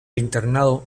internado